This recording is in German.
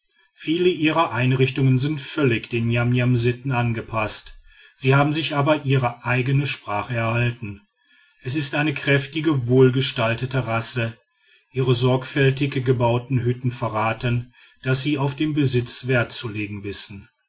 viele ihrer einrichtungen sind völlig den niamniamsitten angepaßt sie haben sich aber ihre eigne sprache erhalten es ist eine kräftige wohlgestaltete rasse ihre sorgfältig gebauten hütten verraten daß sie auf den besitz wert zu legen wissen